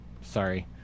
Sorry